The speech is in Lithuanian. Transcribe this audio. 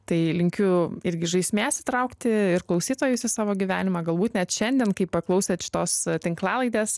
tai linkiu irgi žaismės įtraukti ir klausytojus į savo gyvenimą galbūt net šiandien kai paklausėt šitos tinklalaidės